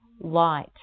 light